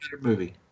movie